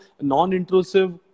non-intrusive